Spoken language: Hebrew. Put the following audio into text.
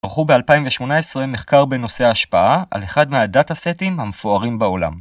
ערכו ב-2018 מחקר בנושא ההשפעה על אחד מהדאטה סטים המפוארים בעולם